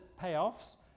payoffs